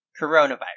coronavirus